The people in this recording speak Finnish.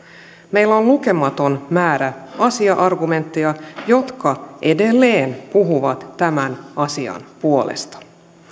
meillä on lukematon määrä asia argumentteja jotka edelleen puhuvat tämän asian puolesta